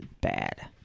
bad